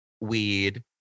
weed